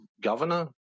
governor